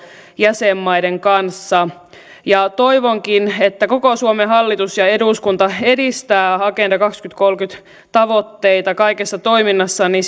jäsenmaiden kanssa ja toivonkin että koko suomen hallitus ja eduskunta edistävät agenda kaksituhattakolmekymmentä tavoitteita kaikessa toiminnassaan niin